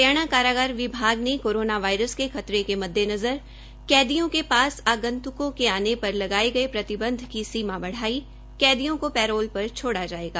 हरियाणा कारागार विभाग ने कोरोना वायरस के खतरे के मददेनज़र कैदियों के पास आगंत्रकों के आने पर लगाये गये प्रतिबंध की सीमा बढ़ाई कैदियों को पैरोल पर छोड़ा जायेगा